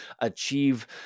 achieve